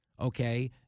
okay